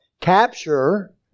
capture